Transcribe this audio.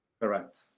Correct